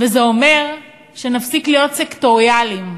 וזה אומר שנפסיק להיות סקטוריאליים,